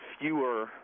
fewer